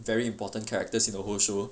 very important characters in the whole show